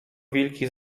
wilki